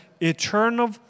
eternal